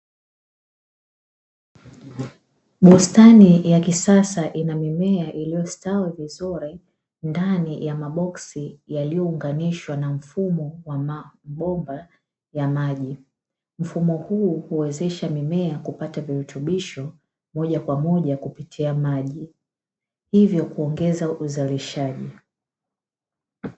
Bustani ya kisasa ina mimea iliyo stawi vizuri ndani ya maboksi yaliyo unganishwa na mfumo wa mabomba ya maji, mfumo huu huwezesha mimea kupata virutubisho moja kwa moja kupitia maji, hivyo kuongeza uzalishaji.